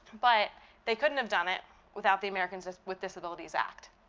but they couldn't have done it without the americans with disabilities act.